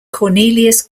cornelius